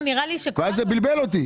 זה בלבל אותי.